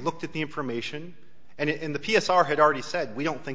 looked at the information and in the p s r had already said we don't think